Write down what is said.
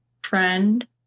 Friend